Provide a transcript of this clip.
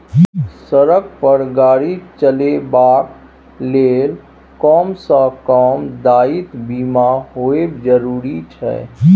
सड़क पर गाड़ी चलेबाक लेल कम सँ कम दायित्व बीमा होएब जरुरी छै